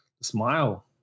Smile